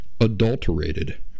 adulterated